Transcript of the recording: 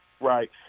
Right